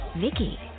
vicky